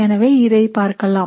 எனவே இதை பார்க்கலாம்